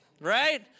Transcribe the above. right